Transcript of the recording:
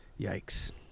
yikes